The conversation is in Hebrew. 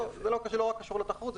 זה לא קשור לתחרות.